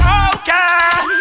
okay